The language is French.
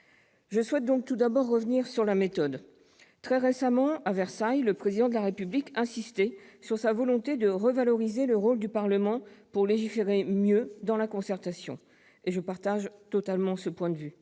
Je souhaiterais revenir, tout d'abord, sur la méthode. Très récemment, à Versailles, le Président de la République insistait sur sa volonté de revaloriser le rôle du Parlement pour légiférer mieux, dans la concertation. Je partage totalement ce point de vue.